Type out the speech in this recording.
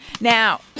Now